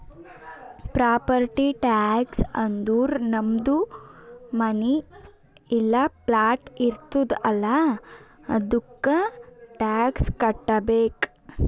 property tax ಅಂದುರ್ ನಮ್ದು ಮನಿ ಇಲ್ಲಾ ಪ್ಲಾಟ್ ಇರ್ತುದ್ ಅಲ್ಲಾ ಅದ್ದುಕ ಟ್ಯಾಕ್ಸ್ ಕಟ್ಟಬೇಕ್